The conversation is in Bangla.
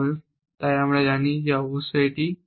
তাই আমরা জানি এটি অবশ্যই 3 হবে